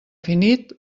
finit